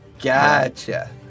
Gotcha